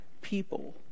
people